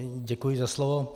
Děkuji za slovo.